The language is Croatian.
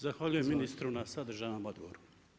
Zahvaljujem ministru na sadržajnom odgovoru.